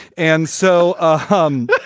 and so ah hum